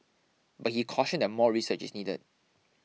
but he cautioned that more research is needed